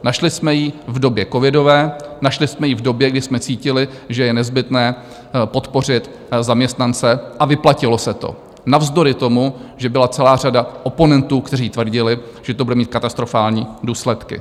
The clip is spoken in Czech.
Našli jsme ji v době covidové, našli jsme ji v době, kdy jsme cítili, že je nezbytné podpořit zaměstnance, a vyplatilo se to navzdory tomu, že byla celá řada oponentů, kteří tvrdili, že to bude mít katastrofální důsledky.